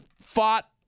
fought